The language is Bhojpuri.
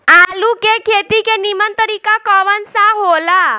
आलू के खेती के नीमन तरीका कवन सा हो ला?